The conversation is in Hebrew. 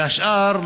ולשאר,